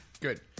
Good